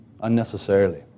unnecessarily